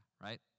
right